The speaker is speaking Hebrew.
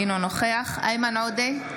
אינו נוכח איימן עודה,